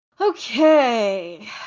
Okay